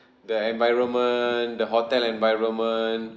the environment the hotel environment